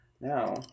now